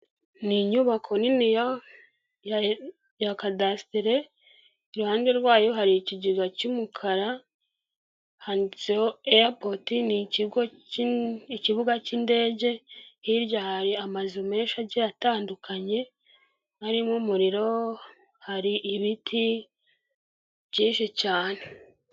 Ni inyubako nini ya kadasitere, iruhande rwayo hari ikigega cy'umukara, handitseho ayapoti, ni ikibuga cy'indege, hirya hari amazu menshi agiye atandukanye, arimo umuriro, hari ibiti byinshi cyane.